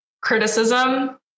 criticism